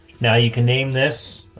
now you can name this.